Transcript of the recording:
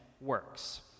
works